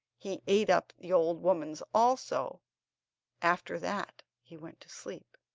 he ate up the old woman's also after that he went to sleep.